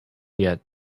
yet